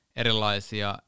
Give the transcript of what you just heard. erilaisia